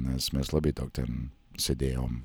nes mes labai daug ten sėdėjom